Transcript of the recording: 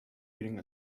feeling